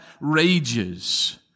rages